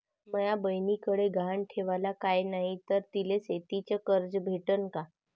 माया बयनीकडे गहान ठेवाला काय नाही तर तिले शेतीच कर्ज भेटन का?